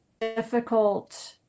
difficult